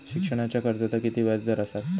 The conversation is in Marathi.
शिक्षणाच्या कर्जाचा किती व्याजदर असात?